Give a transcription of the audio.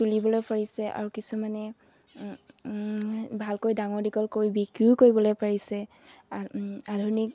তুলিবলৈ পাৰিছে আৰু কিছুমানে ভালকৈ ডাঙৰ দীঘল কৰি বিক্ৰীও কৰিবলৈ পাৰিছে আ আধুনিক